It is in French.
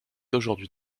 aujourd’hui